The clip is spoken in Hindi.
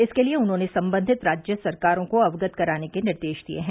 इसके लिये उन्होंने संबंधित राज्य सरकारों को अवगत कराने के निर्देश दिए हैं